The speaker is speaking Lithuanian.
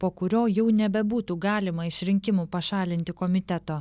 po kurio jau nebebūtų galima iš rinkimų pašalinti komiteto